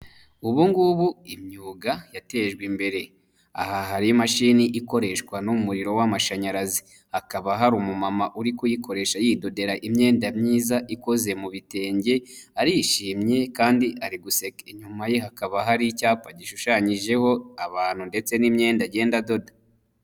Ubu ngubu imyuga yatejwe imbere aha hari imashini ikoreshwa n'umuriro w'amashanyarazi hakaba hari umumama uri kuyikoresha yidodera imyenda myiza ikoze mu bitenge arishimye kandi ari guseka, inyuma ye hakaba hari icyapa gishushanyijeho abantu ndetse n'imyenda agenda adoda.